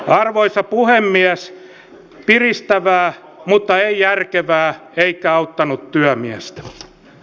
arvoisa puhemies piristävää mutta ei järkevää eikä auttanut työmiestä